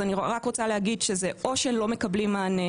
רוצה להגיד שזה או שלא מקבלים מענה,